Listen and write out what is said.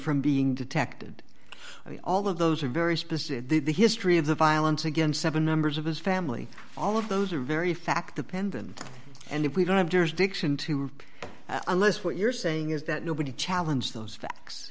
from being detected all of those are very specific the history of the violence against seven members of his family all of those are very fact the pendant and if we don't have jurisdiction to unless what you're saying is that nobody challenge those